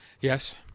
yes